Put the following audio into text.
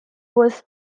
was